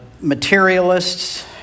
materialists